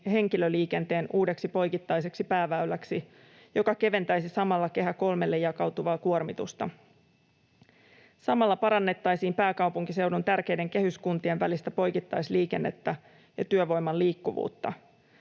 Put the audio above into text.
henkilöliikenteen uudeksi poikittaiseksi pääväyläksi, joka keventäisi samalla Kehä III:lle jakautuvaa kuormitusta. Samalla parannettaisiin pääkaupunkiseudun tärkeiden kehyskuntien välistä poikittaisliikennettä ja työvoiman liikkuvuutta.